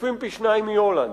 צפופים פי-שניים מהולנד,